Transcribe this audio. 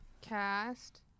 cast